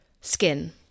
Skin